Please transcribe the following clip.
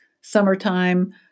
summertime